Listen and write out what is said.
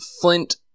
Flint